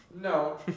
No